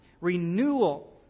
renewal